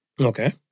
okay